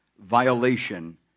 violation